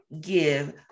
Give